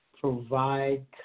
provide